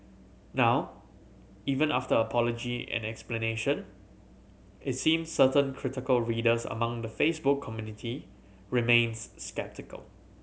now even after her apology and explanation it seems certain critical readers among the Facebook community remains sceptical